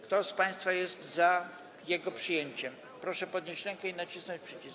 Kto z państwa jest za jego przyjęciem, proszę podnieść rękę i nacisnąć przycisk.